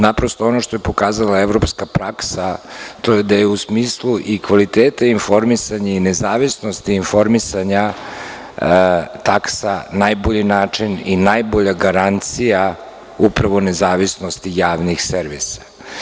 Naprosto, ono što je pokazala evropska praksa to je da je u smislu i kvaliteta informisanja i nezavisnosti informisanja taksa najbolji način i najbolja garancija upravo nezavisnosti javnih servisa.